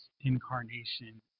incarnation